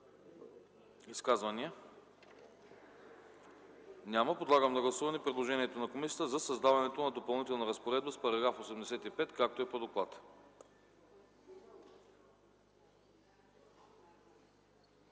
Изказвания? Няма. Подлагам на гласуване предложението на комисията за създаване на Допълнителна разпоредба с § 85, както е по доклада.